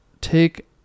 take